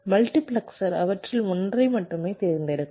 multiplexer அவற்றில் ஒன்றை மட்டுமே தேர்ந்தெடுக்கும்